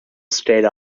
state